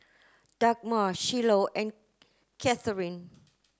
Dagmar Shiloh and Katheryn